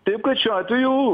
taip kad šiuo atveju